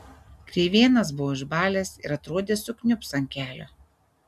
kreivėnas buvo išbalęs ir atrodė sukniubs ant kelio